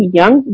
young